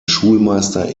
schulmeister